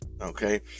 Okay